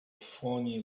phoney